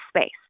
space